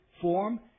form